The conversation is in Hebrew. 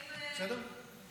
בסדר?